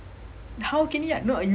like for